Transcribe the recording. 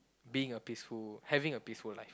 being a peaceful having a peaceful life